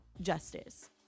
justice